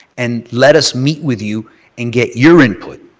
and let us meet with you and get your input.